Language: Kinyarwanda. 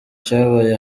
cyabaye